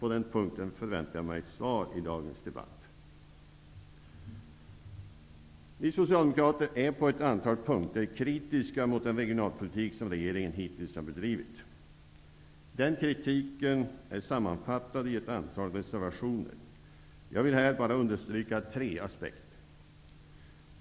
På den punkten förväntar jag mig ett svar i dagens debatt. Vi socialdemokrater är på ett antal punkter kritiska mot den regionalpolitik som regeringen hittills bedrivit. Den kritiken är sammanfattad i ett antal reservationer. Jag vill här bara understryka tre aspekter.